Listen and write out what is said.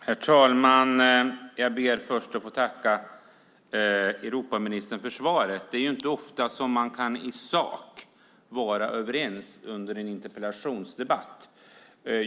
Herr talman! Jag ber först att få tacka Europaministern för svaret. Det är inte ofta som man i sak är överens i en interpellationsdebatt.